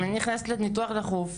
אם אני נכנסת לניתוח דחוף,